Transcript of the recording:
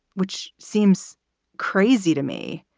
which seems crazy to me.